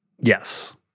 Yes